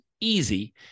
easy